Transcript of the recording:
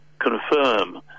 confirm